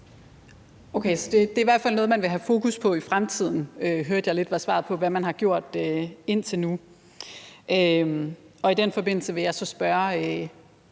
Okay, så det er i hvert fald noget, man vil have fokus på i fremtiden, hørte jeg lidt var svaret på, hvad man har gjort indtil nu. I den forbindelse vil jeg så spørge: